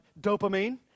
Dopamine